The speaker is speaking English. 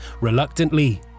Reluctantly